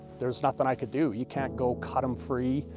there was nothing i could do you can't go cut him free.